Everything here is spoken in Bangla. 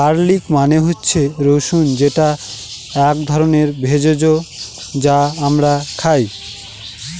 গার্লিক মানে হচ্ছে রসুন যেটা এক ধরনের ভেষজ যা আমরা খাই